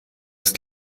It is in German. ist